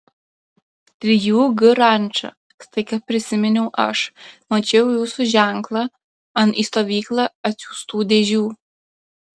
trijų g ranča staiga prisiminiau aš mačiau jūsų ženklą ant į stovyklą atsiųstų dėžių